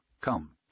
Come